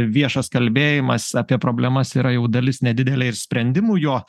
viešas kalbėjimas apie problemas yra jau dalis nedidelė ir sprendimų jo